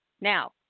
now